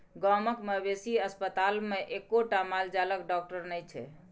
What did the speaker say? गामक मवेशी अस्पतालमे एक्कोटा माल जालक डाकटर नहि छै